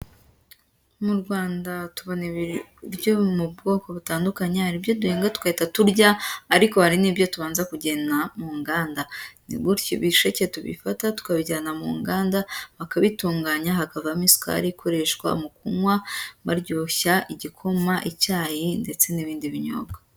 Mu Rwanda tubona ibiryo mu bwoko butandukanye, hari ibyo duhinga tugahita turya, ariko hari n'ibyo tubanza kujyana mu nganda, ni gutya ibisheke tubifata tukabijyana mu nganda, bakabitunganya hakavamo isukari ikoreshwa mu kunywa baryoshya igikoma, icyayi, ndetse n'ibindi binyobwa.